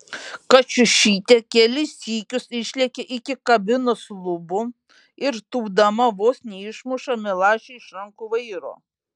kačiušytė kelis sykius išlekia iki kabinos lubų ir tūpdama vos neišmuša milašiui iš rankų vairo